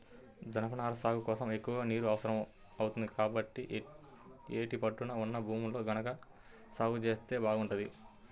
జనపనార సాగు కోసం ఎక్కువ నీరు అవసరం అవుతుంది, కాబట్టి యేటి పట్టున ఉన్న భూముల్లో గనక సాగు జేత్తే బాగుంటది